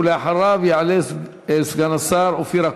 ולאחריו יעלה סגן השר אופיר אקוניס,